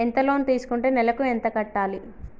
ఎంత లోన్ తీసుకుంటే నెలకు ఎంత కట్టాలి?